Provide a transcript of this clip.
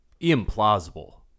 implausible